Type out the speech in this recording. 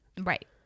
Right